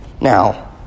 Now